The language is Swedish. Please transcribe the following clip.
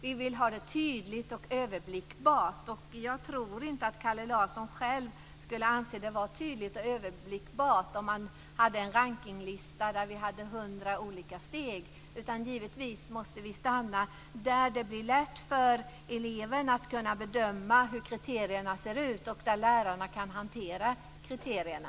Vi vill ha det tydligt och överblickbart. Jag tror inte att Kalle Larsson själv skulle anse att det var tydligt och överblickbart om man hade en rankningslista med 100 olika steg. Givetvis måste vi stanna där det blir lätt för eleven att kunna bedöma hur kriterierna ser ut och där lärarna kan hantera kriterierna.